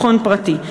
מכון פרטי.